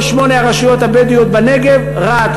כל שמונה הרשויות הבדואיות בנגב: רהט,